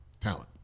Talent